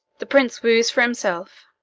the prince wooes for himself.